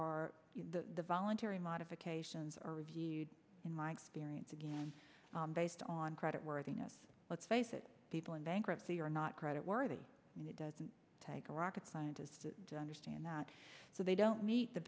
are the voluntary modifications are reviewed in my experience again based on credit worthiness let's face it people in bankruptcy are not credit worthy and it doesn't take a rocket scientist to understand that so they don't meet the